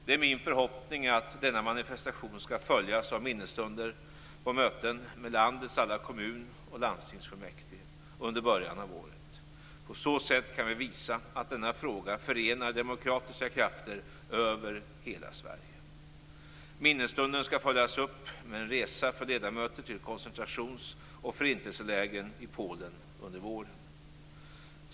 Det är min förhoppning att denna manifestation skall följas av minnesstunder på möten med landets alla kommun och landstingsfullmäktige under början av året. På så sätt kan vi visa att denna fråga förenar demokratiska krafter över hela Sverige. Minnesstunden skall följas upp med en resa för ledamöter till koncentrations och förintelselägren i Polen under våren.